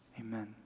Amen